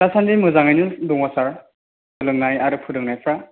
दासान्दि मोजाङैनो दङ सार सोलोंनाय आरो फोरोंनायफ्रा